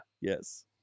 Yes